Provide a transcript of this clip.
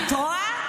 את רואה.